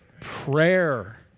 Prayer